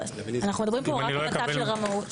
אנחנו מדברים פה רק על מצב של רמאות.